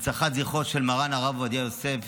הנצחת זכרו של מרן הרב עובדיה יוסף,